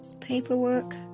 paperwork